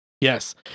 Yes